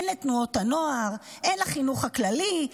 אין לתנועות הנוער, אין לחינוך הכללי.